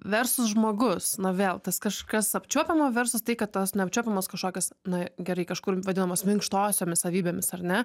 versus žmogus na vėl tas kažkas apčiuopiamo versus tai kad tas neapčiuopiamos kažkokios na gerai kažkur vadinamos minkštosiomis savybėmis ar ne